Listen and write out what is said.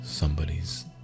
Somebody's